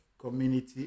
community